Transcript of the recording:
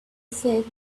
said